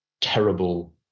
terrible